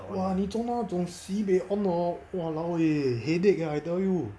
!wah! 你中到那种 sibeh on hor !walao! eh headache ah I tell you